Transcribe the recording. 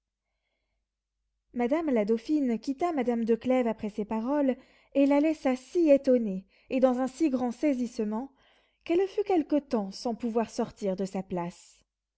madame la dauphine quitta madame de clèves après ces paroles et la laissa si étonnée et dans un si grand saisissement qu'elle fut quelque temps sans pouvoir sortir de sa place